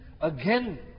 again